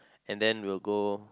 and then we'll go